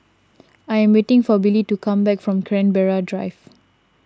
I am waiting for Billy to come back from Canberra Drive